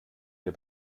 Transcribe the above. wir